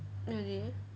really